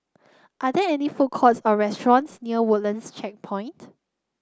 are there any food courts or restaurants near Woodlands Checkpoint